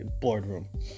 boardroom